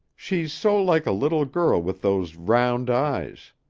she's so like a little girl with those round eyes